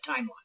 timeline